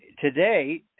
today